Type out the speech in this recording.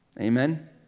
Amen